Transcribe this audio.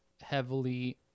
heavily